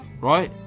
right